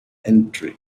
entry